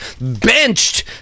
benched